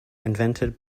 invented